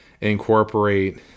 incorporate